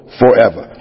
forever